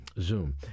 Zoom